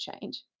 change